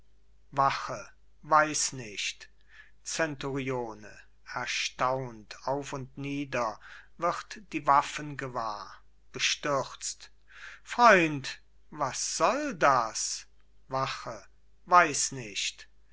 wache weiß nicht zenturione erstaunt auf und nieder wird die waffen gewahr bestürzt freund was soll das wache weiß nicht